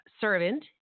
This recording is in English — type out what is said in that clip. servant